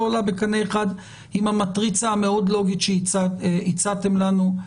עולה בקנה אחד עם המטריצה המאוד לוגית שהצעתם לנו.